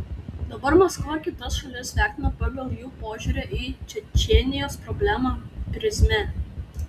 dabar maskva kitas šalis vertina pagal jų požiūrio į čečėnijos problemą prizmę